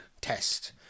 test